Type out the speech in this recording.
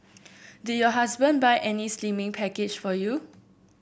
did your husband buy any slimming package for you